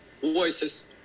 voices